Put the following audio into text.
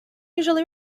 usually